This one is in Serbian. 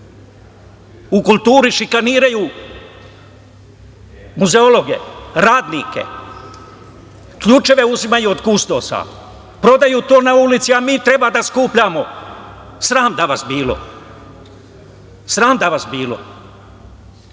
u kulturi šikaniraju muzeologe, radnike, ključeve uzimaju od kustosa, prodaju to na ulici, a mi treba da skupljamo. Sram da vas bilo, sram da vas bilo.